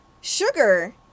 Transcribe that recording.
Sugar